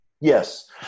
Yes